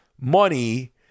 money